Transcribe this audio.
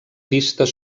pistes